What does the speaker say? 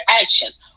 actions